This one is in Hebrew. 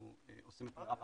אנחנו עושים את מרב המאמצים.